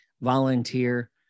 volunteer